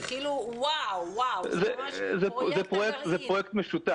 ממש פרויקט הגרעין.